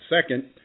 second